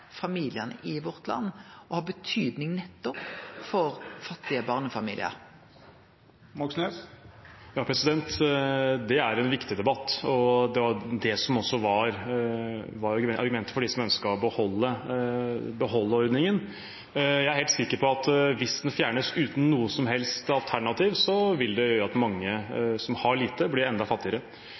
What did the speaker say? familiane i vårt land og ha betydning nettopp for fattige barnefamiliar? Det er en viktig debatt, og det var også det som var argumentet for dem som ønsket å beholde ordningen. Jeg er helt sikker på at hvis den fjernes uten noe som helst alternativ, vil det gjøre at mange som har lite, blir enda